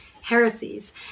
heresies